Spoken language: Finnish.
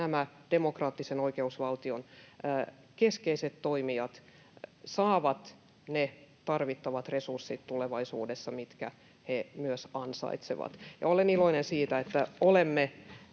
nämä demokraattisen oikeusvaltion keskeiset toimijat saavat tulevaisuudessa ne tarvittavat resurssit, mitkä he myös ansaitsevat. Olen iloinen siitä, että olemme